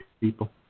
people